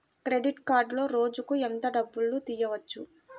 Credit కార్డులో రోజుకు ఎంత డబ్బులు తీయవచ్చు?